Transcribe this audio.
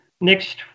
Next